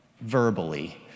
verbally